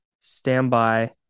standby